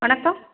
வணக்கம்